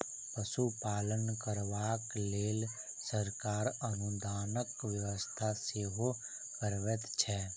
पशुपालन करबाक लेल सरकार अनुदानक व्यवस्था सेहो करबैत छै